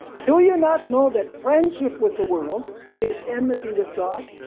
do you not know that friendship with the world is enmity with god?